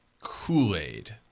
Kool-Aid